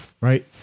right